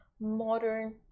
modern